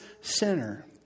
sinner